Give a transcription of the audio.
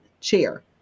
chair